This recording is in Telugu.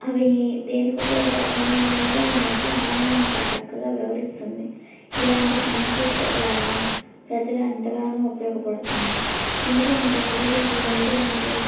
అవి దేనికి ఉపయోగపడతాయో కూడా ఈ మధ్య ఆన్లైన్ కా చక్కగా వివరిస్తుంది ఇలాంటి సాంకేతికత వల్ల ప్రజల ఎంతగానో ఉపయోగపడుతుంది ఎందుకంటే ఇదివరికి మందులంటే